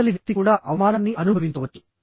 అవతలి వ్యక్తి కూడా అవమానాన్ని అనుభవించవచ్చు